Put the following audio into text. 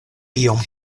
iom